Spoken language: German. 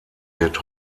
wird